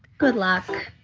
good luck.